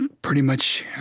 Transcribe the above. and pretty much